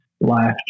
life